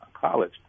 college